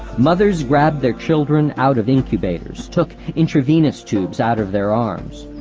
mothers grabbed their children out of incubators, took intravenous tubes out of their arms.